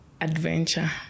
adventure